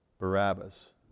Barabbas